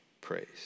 praise